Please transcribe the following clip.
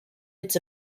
its